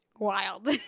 wild